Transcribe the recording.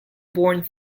born